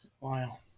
Wow